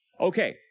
Okay